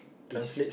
it's